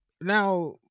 now